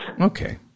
Okay